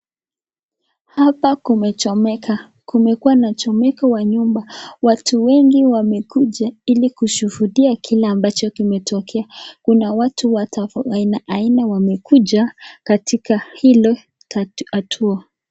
Hapa kumechomeka. Kumekuwa na mchomeko wa nyumba, watu wengi wamekuja ili kushuhudia kile ambacho kimetokea. Kuna watu wa aina aina wamekuja katika hilo, hatua.